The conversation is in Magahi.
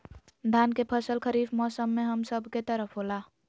धान के फसल खरीफ मौसम में हम सब के तरफ होला